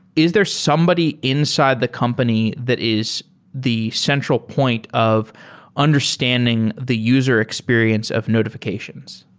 is there somebody inside the company that is the central point of understanding the user experience of notifi cations?